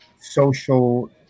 social